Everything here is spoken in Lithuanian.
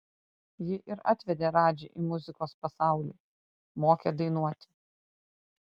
ji ir atvedė radžį į muzikos pasaulį mokė dainuoti